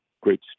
great